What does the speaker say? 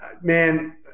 Man